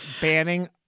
Banning